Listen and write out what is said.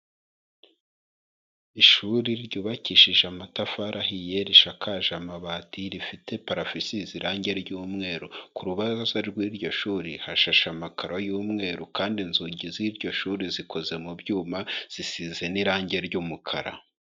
Ishuri ryubakishije amatafari ahiye rishakaje amabati rifite parafo isizi irangi ry'umweru, ku rubaraza rw'iryo shuri hashashe amakaro y'umweru kandi inzugi z'iryo shuri zikoze mu byuma zisize n'irangi ry'umukara.